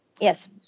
Yes